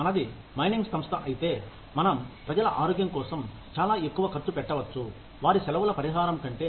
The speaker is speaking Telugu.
మనది మైనింగ్ సంస్థ అయితే మనం ప్రజల ఆరోగ్యం కోసం చాలా ఎక్కువ ఖర్చు పెట్టవచ్చు వారి సెలవుల పరిహారం కంటే